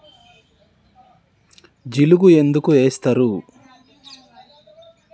జిలుగు ఎందుకు ఏస్తరు?